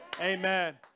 amen